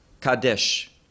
Kadesh